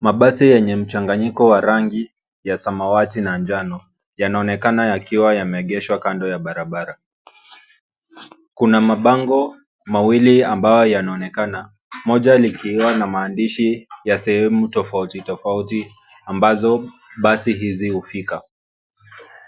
Mabasi yenye mchanganyiko wa rangi ya samawati na njano yanaonekana yakiwa yameegeshwa kando ya barabara. Kuna mabango mawili ambayo yanaonekana, moja likiwa na maandishi ya sehemu tofauti tofauti ambazo basi hizi hufika.